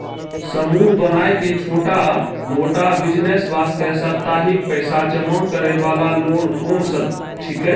समूह बनाय के छोटा मोटा बिज़नेस वास्ते साप्ताहिक पैसा जमा करे वाला लोन कोंन सब छीके?